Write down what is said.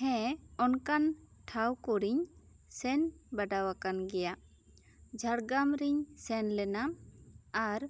ᱦᱮᱸ ᱚᱱᱠᱟᱱ ᱴᱷᱟᱶ ᱠᱚᱨᱤᱧ ᱥᱮᱱ ᱵᱟᱰᱟᱣᱟᱠᱟᱱ ᱜᱤᱭᱟ ᱡᱷᱟᱲᱜᱨᱟᱢ ᱨᱤᱧ ᱥᱮᱱ ᱞᱮᱱᱟ ᱟᱨ